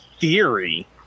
theory